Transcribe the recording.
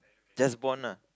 just born lah